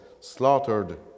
slaughtered